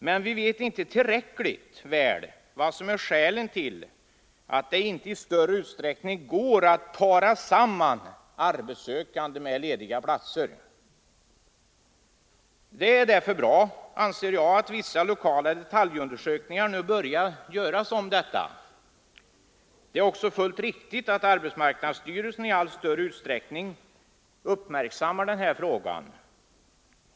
Men vi vet inte tillräckligt väl vad som är skälen till att det inte i större utsträckning går att para samman arbetssökande och lediga platser. Det är därför bra, anser jag, att vissa lokala detaljundersökningar nu börjar göras om detta. Det är också fullt riktigt att arbetsmarknadsstyrelsen i allt större utsträckning uppmärksammar den här frågan.